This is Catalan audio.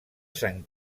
sant